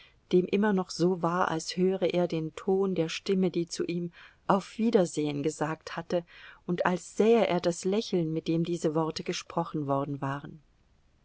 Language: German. dem immer noch so war als höre er den ton der stimme die zu ihm auf wiedersehen gesagt hatte und als sähe er das lächeln mit dem diese worte gesprochen worden waren